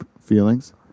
feelings